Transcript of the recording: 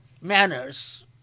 manners